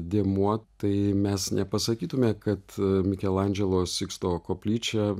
dėmuo tai mes nepasakytume kad mikelandželo siksto koplyčia